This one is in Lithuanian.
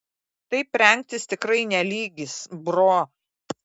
taip rengtis tikrai ne lygis bro